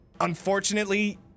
unfortunately